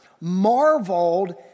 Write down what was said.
marveled